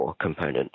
component